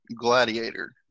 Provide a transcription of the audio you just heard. gladiator